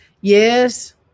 Yes